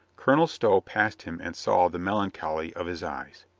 colonel stow passed him and saw the melancholy of his eyes.